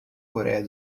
coreia